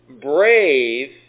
Brave